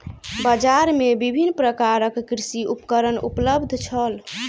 बजार में विभिन्न प्रकारक कृषि उपकरण उपलब्ध छल